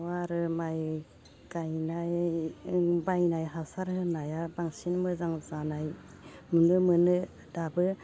न'आ आरो माइ गायनाय बायनाय हासार होनाया बांसिन मोजां जानाय नुनो मोनो दाबो